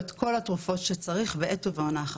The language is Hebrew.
את כל התרופות שצריך בעת ובעונה אחת.